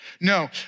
No